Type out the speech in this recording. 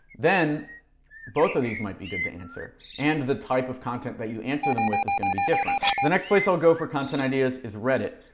then both of these might be good to answer. and the type of content that you answer them with is going to be different. the next place i'll go for content ideas is reddit,